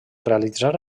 realitzar